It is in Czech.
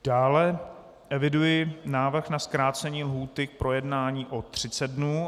Dále eviduji návrh na zkrácení lhůty k projednání o 30 dnů.